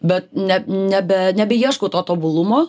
bet ne nebe nebeieškau to tobulumo